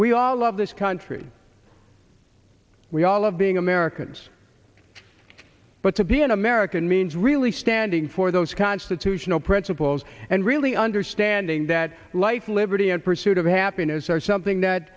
we all love this country we all love being americans but to be an american means really standing for those constitutional principles and really understanding that life liberty and pursuit of happiness are something that